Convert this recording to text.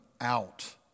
out